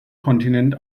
kontinent